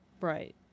Right